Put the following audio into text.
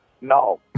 No